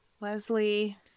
leslie